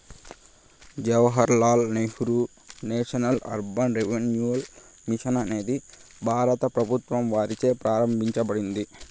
Jawahar Lal Nehru national urban renewal mission అనేది భారత ప్రభుత్వం వారిచే ప్రారంభించబడింది